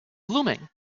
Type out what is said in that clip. blooming